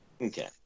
Okay